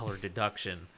deduction